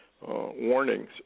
warnings